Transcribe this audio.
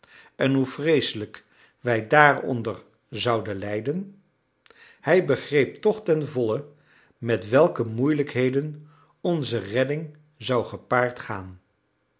en hoe vreeselijk wij daaronder zouden lijden hij begreep toch ten volle met welke moeilijkheden onze redding zou gepaard gaan